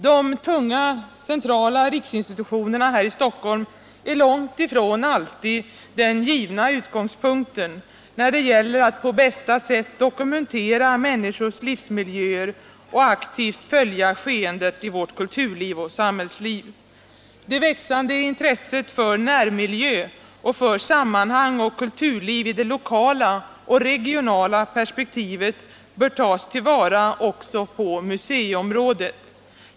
De tunga centrala riksinstitutionerna här i Stockholm är långt ifrån alltid den givna utgångspunkten när det gäller att på bästa sätt dokumentera människors livsmiljöer och aktivt följa skeendet i vårt kulturliv och samhällsliv. Det växande intresset för närmiljö och för sammanhang och kulturliv i det lokala och regionala perspektivet bör tas till vara också på museiområdet.